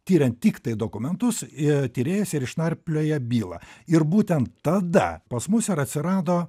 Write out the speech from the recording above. tiriant tiktai dokumentus ir tyrėjas ir išnarplioja bylą ir būtent tada pas mus ir atsirado